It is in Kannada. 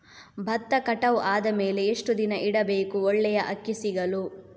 ಭತ್ತ ಕಟಾವು ಆದಮೇಲೆ ಎಷ್ಟು ದಿನ ಇಡಬೇಕು ಒಳ್ಳೆಯ ಅಕ್ಕಿ ಸಿಗಲು?